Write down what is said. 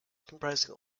comprising